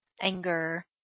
anger